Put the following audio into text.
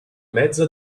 mezzo